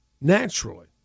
naturally